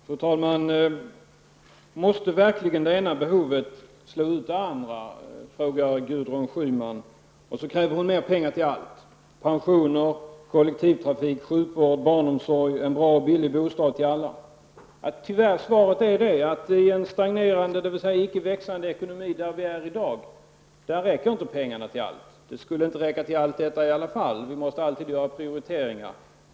Fru talman! Måste verkligen det ena behovet slå ut det andra, frågar Gudrun Schyman, och så kräver hon mera pengar till allt -- pensioner, kollektivtrafik, sjukvård, barnomsorg och en bra och billig bostad till alla. Tyvärr är svaret att i en stagnerande, dvs. icke växande, ekonomi som vi i dag befinner oss i räcker pengarna inte till allt. De skulle inte räcka till allt detta i alla fall. Vi måste alltid göra prioriteringar.